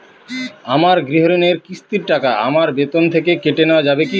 আমার গৃহঋণের কিস্তির টাকা আমার বেতন থেকে কেটে নেওয়া যাবে কি?